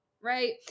Right